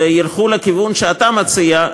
וילכו לכיוון שאתה מציע,